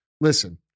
listen